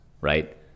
right